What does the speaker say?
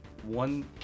one